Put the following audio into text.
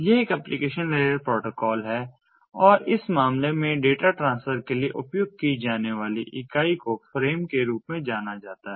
यह एक application layer protocol है और इस मामले में डेटा ट्रांसफर के लिए उपयोग की जाने वाली इकाई को फ्रेम के रूप में जाना जाता है